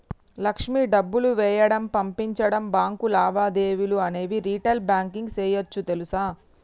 లక్ష్మి డబ్బులు వేయడం, పంపించడం, బాంకు లావాదేవీలు అనేవి రిటైల్ బాంకింగ్ సేయోచ్చు తెలుసా